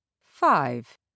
Five